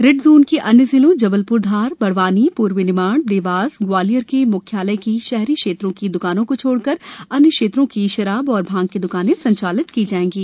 red zone के अन्य जिलों जबलप्र धार बड़वानी पूर्वी निमाड़ देवास एवं ग्वालियर जिलों के मुख्यालय की शहरी क्षेत्रों की द्वानों को छोड़कर अन्य क्षेत्रों की मदिरा एवं भांग की द्कानें संचालित की जाएंगी